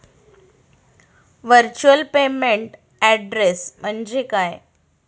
Virtual payment address म्हणजे काय?